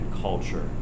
culture